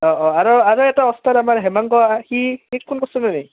অঁ অঁ আৰু আৰু এটা আমাৰ হেমাংগ সি